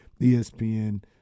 ESPN